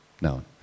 No